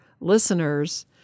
listeners